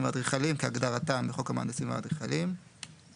והאדריכלים" כהגדרתם בחוק המהנדסים והאדריכלים,";